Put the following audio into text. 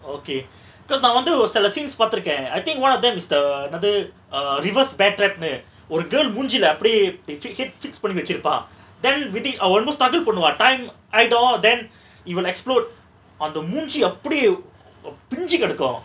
okay cause நா வந்து ஒரு சில:na vanthu oru sila scenes பாத்திருக்க:paathiruka I think one of them is the என்னது:ennathu err reverse badtrap ன்னு ஒரு:nu oru girl மூஞ்சில அப்டியே:moonjila apdiye ti~ ticket fix பன்னி வச்சிருப்பா:panni vachirupa then it will அவ:ava almost strugle பன்னுவா:pannuva time ஆயிடு:aayidu then இவன்:ivan explode அந்த மூஞ்சி அப்டியே பிஞ்சி கெடக்கு:antha moonji apdiye pinji kedaku